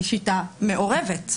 היא שיטה מעורבת.